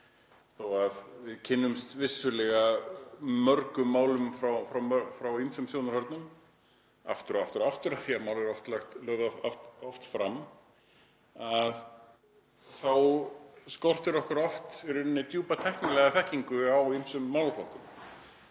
Þó að við kynnumst vissulega mörgum málum frá ýmsum sjónarhornum aftur og aftur, af því að mörg mál eru lögð oft fram, þá skortir okkur oft djúpa tæknilega þekkingu á ýmsum málaflokkum.